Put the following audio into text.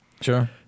sure